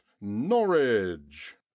norwich